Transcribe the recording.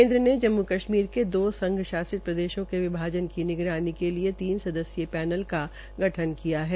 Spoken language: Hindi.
केन्द्र ने जम्मू कश्मीर के दो संघ शासित प्रदेशों के विभाजन की निगरानी के लिए तीन सदस्यीय पैनल का गठन किया है